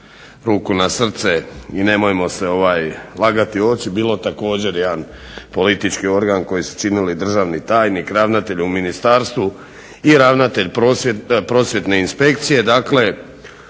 ruku na srce, i nemojmo se lagati u oči, bilo također jedan politički organ koji su činili državni tajnik, ravnatelj u ministarstvu i ravnatelj Prosvjetne inspekcije.